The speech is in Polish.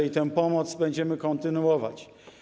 I tę pomoc będziemy kontynuować.